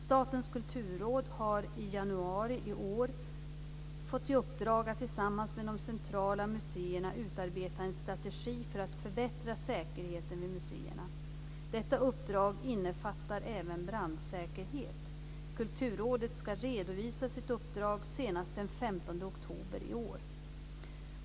Statens kulturråd har i januari i år fått i uppdrag att tillsammans med de centrala museerna utarbeta en strategi för att förbättra säkerheten vid museerna. Detta uppdrag innefattar även brandsäkerhet. Kulturrådet ska redovisa sitt uppdrag senast den 15 oktober i år.